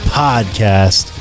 podcast